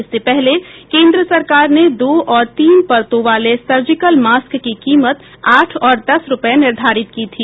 इससे पहले केन्द्र सरकार ने दो और तीन परतों वाले सर्जिकल मास्क की कीमत आठ और दस रुपये निर्धारित की थी